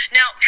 Now